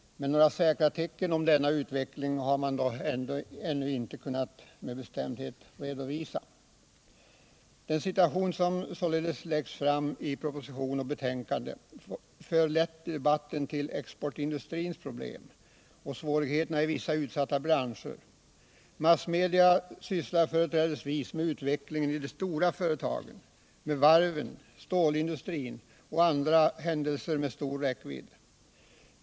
Några säkra tecken på denna utveckling har man dock ännu inte med bestämdhet kunnat redovisa. Den situation som således redovisas i proposition och betänkande för lätt debatten till exportindustrins problem och svårigheterna i vissa utsatta branscher. Massmedia sysslar företrädelsevis med utvecklingen i de stora företagen, med varven, stålindustrin och andra händelser med stor räckvidd.